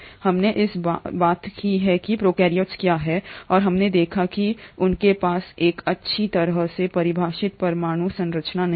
हमने बात की है कि प्रोकैरियोट्स क्या हैं और हमने देखा है कि उनके पास एक अच्छी तरह से परिभाषित परमाणु संरचना नहीं है